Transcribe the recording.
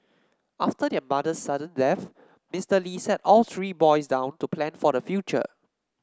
after their mother's sudden death Mister Li sat all three boys down to plan for the future